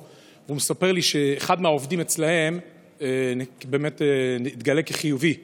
וסיפר לי שאחד העובדים אצלם התגלה כחיובי לקורונה.